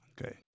Okay